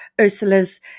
Ursula's